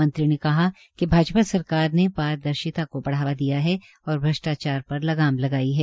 मंत्री ने कहा कि भाजपा सरकार ने पारदर्शिता को बढ़ावा दिया है और भ्रष्टाचार पर लगाम लगाई है